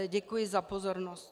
Děkuji za pozornost.